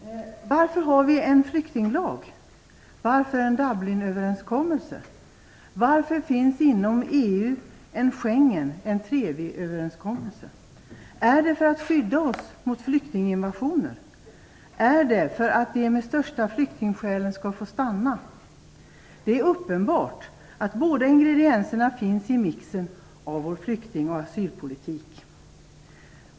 Herr talman! Varför har vi en flyktinglag? Varför en Dublinöverenskommelse? Varför finns det inom överenskommelse? Är det för att skydda oss mot flyktinginvasioner? Är det för att de som har de största flyktingsskälen skall få stanna? Det är uppenbart att båda ingredienserna finns i mixen av vår flykting och asylpolitik.